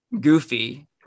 goofy